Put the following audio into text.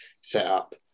setup